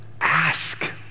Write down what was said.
ask